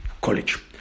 college